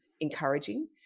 encouraging